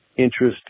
Interest